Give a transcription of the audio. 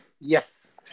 Yes